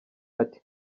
ati